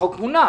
הוא מונח.